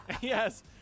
Yes